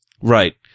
Right